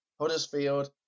Huddersfield